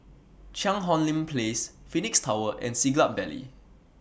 Cheang Hong Lim Place Phoenix Tower and Siglap Valley